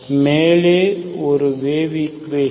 மேலே ஒரு wave equation